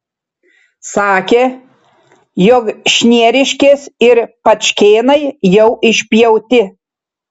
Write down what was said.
sakė jog šnieriškės ir pačkėnai jau išpjauti